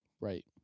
Right